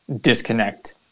disconnect